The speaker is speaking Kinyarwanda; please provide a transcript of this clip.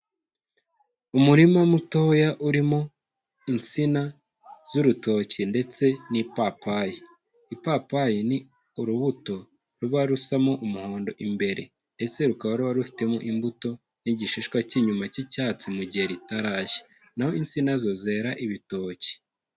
Umurima mutoya urimo insina z'urutoke ndetse n'ipapayi, ipapayi ni urubuto ruba rusamo umuhondo imbere, ese rukaba ruba rufitemo imbuto n'igishishwa cy'inyuma cy'icyatsi mu gihe ritarashya, naho insina na zo zera ibitoki.